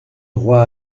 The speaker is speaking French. droit